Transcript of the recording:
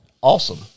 awesome